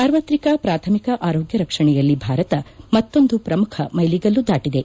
ಸಾರ್ವತ್ರಿಕ ಪ್ರಾಥಮಿಕ ಆರೋಗ್ಯ ರಕ್ಷಣೆಯಲ್ಲಿ ಭಾರತ ಮತ್ತೊಂದು ಪ್ರಮುಖ ಮೈಲಿಗಲ್ಲು ದಾಟಿದೆ